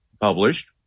published